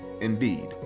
Indeed